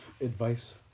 advice